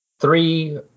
three